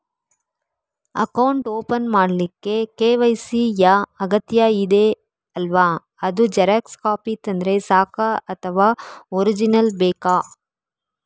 Account open ಮಾಡ್ಲಿಕ್ಕೆ KYC ಯಾ ಅಗತ್ಯ ಇದೆ ಅಲ್ವ ಅದು ಜೆರಾಕ್ಸ್ ಕಾಪಿ ತಂದ್ರೆ ಸಾಕ ಅಥವಾ ಒರಿಜಿನಲ್ ಬೇಕಾ?